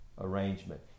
Arrangement